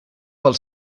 pel